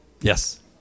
Yes